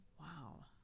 Wow